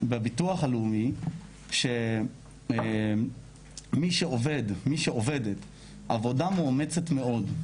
בביטוח הלאומי שמי שעובדת עבודה מאומצת מאוד,